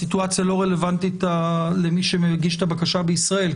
הסיטואציה לא רלוונטית למי שמגיש את הבקשה בישראל,